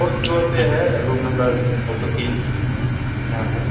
fourth floor پہ ہے room number دو سو تین یہاں ہیں